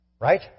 Right